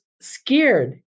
scared